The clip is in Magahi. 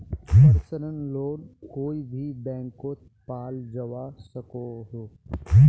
पर्सनल लोन कोए भी बैंकोत पाल जवा सकोह